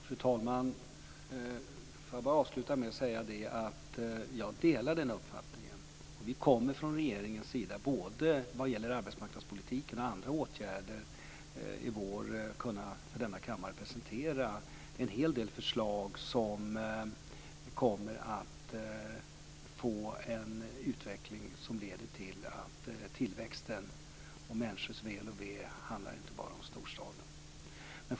Fru talman! Jag vill avsluta med att säga att jag delar den uppfattningen. Vi kommer från regeringen både vad gäller arbetsmarknadspolitiken och andra åtgärder i vår för denna kammare kunna presentera en hel del förslag som kommer att få en utveckling som leder till att tillväxten och människors väl och ve inte bara handlar om storstaden.